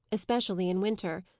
especially in winter.